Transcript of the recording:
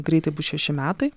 greitai bus šeši metai